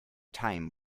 time